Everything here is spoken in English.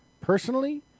personally